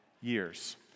years